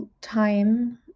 time